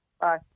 Bye